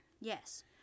Yes